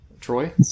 Troy